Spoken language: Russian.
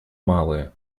малые